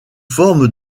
forme